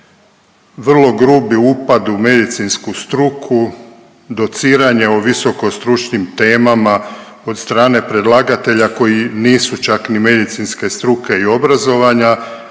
vrlo grubi upad u medicinsku struku, dociranje o visoko stručnim temama od strane predlagatelja koji nisu čak ni medicinske struke i obrazovanja,